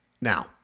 now